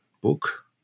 book